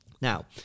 Now